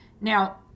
Now